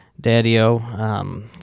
daddy-o